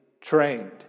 trained